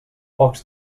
pocs